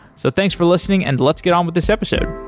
so thanks for listening, and let's get on with this episode.